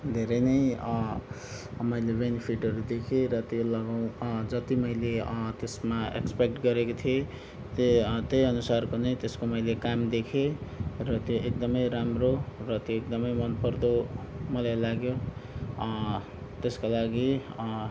धेरै नै मैले बेनिफिटहरू देखेँ र त्यो लगाउ जति मैले त्यसमा एक्सपेक्ट गरेको थिएँ त्यही त्यहीअनुसार पनि त्यसको मैले काम देखेँ र त्यो एकदमै राम्रो र त्यो एकदमै मनपर्दो मलाई लाग्यो त्यसको लागि